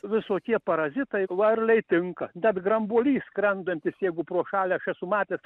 visokie parazitai varlei tinka bet grambuolys skrendantis jeigu pro šalį aš esu matęs